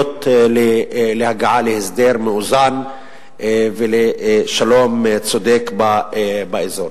להגעה להסדר מאוזן ולשלום צודק באזור.